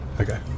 Okay